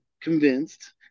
convinced